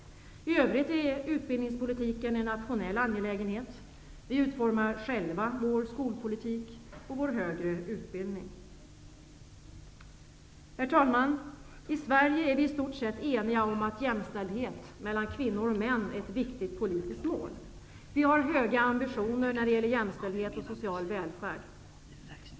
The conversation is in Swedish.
I övrigt är utbildningspolitiken en nationell angelägenhet. Vi utformar själva vår skolpolitik och vår högre utbildning. Herr talman! I Sverige är vi i stort sett eniga om att jämställdhet mellan kvinnor och män är ett viktigt politiskt mål. Vi har höga ambitioner när det gäller jämställdhet och social välfärd.